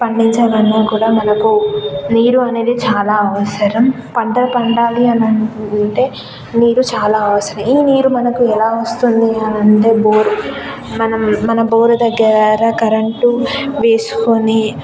పండించాలన్నా కూడా మనకు నీరు అనేది చాలా అవసరం పంట పండాలి అని అంటే నీరు చాలా అవసరం ఈ నీరు మనకు ఎలా వస్తుంది అని అంటే బోర్కి మనం మన బోర్ దగ్గర కరెంట్ వేసుకొని